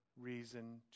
reason